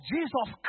Jesus